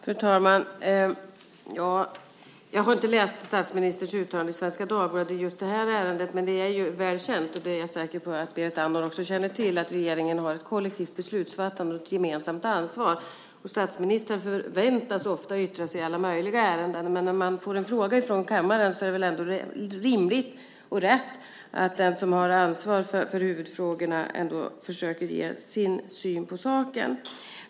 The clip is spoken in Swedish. Fru talman! Jag har inte läst statsministerns uttalande i Svenska Dagbladet i just det här ärendet, men det är ju väl känt - det är jag säker på att Berit Andnor också känner till - att regeringen utövar ett kollektivt beslutsfattande och har ett gemensamt ansvar. Statsministern förväntas ofta yttra sig i alla möjliga ärenden, men när man får en fråga från kammaren är det väl ändå rimligt och rätt att den som har huvudansvaret för frågan försöker ge sin syn på saken.